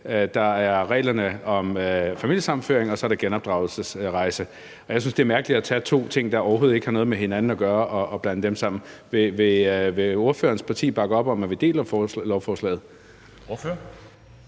Der er reglerne om familiesammenføring, og så er der det om genopdragelsesrejser, og jeg synes, at det er mærkeligt at tage to ting, der overhovedet ikke har noget med hinanden at gøre og blande dem sammen. Vil ordførerens parti bakke op om, at vi deler lovforslaget? Kl.